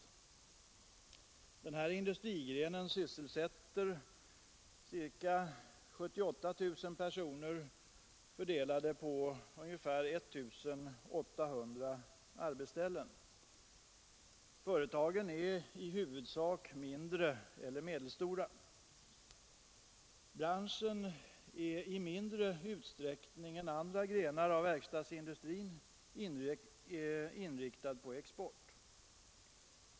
Den här industrigrenen sysselsätter ca 78 000 personer fördelade på ungefär 1 800 arbetsställen. Företagen är i huvudsak mindre eller medelstora. Branschen är i mindre utsträckning än andra grenar av verkstadsindustrin inriktad på export.